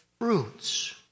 fruits